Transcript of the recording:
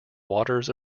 waters